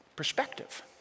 perspective